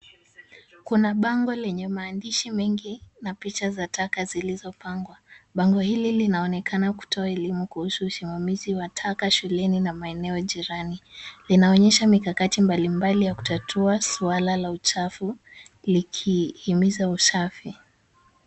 Kuna bango lenye maandishi mengi na picha za taka zilizopangwa. Bango hili linaonekana kutoa elimu kuhusu usimamizi wa taka shuleni na maeneo jirani. Linaonyesha mikakati mbalimbali ya kutatua suala la uchafu, likihimiza usafi.